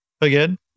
again